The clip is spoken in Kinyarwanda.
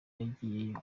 yagiyeyo